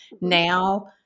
Now